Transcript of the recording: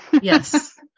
Yes